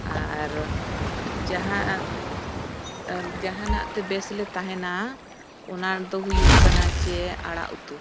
ᱟᱨ ᱡᱟᱦᱟᱸ ᱡᱟᱦᱟᱱᱟᱜ ᱛᱮ ᱵᱮᱥ ᱞᱮ ᱛᱟᱦᱮᱱᱟ ᱚᱱᱟ ᱫᱚ ᱦᱩᱭᱩᱜ ᱠᱟᱱᱟ ᱡᱮ ᱟᱲᱟᱜ ᱩᱛᱩ